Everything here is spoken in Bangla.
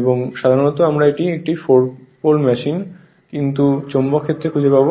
এবং সাধারণত আমরা এটি একটি 4 পোল মেশিন কিন্তু চৌম্বক ক্ষেত্র খুঁজে পাব